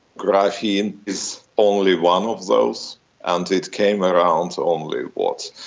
graphene is only one of those and it came around so only, what,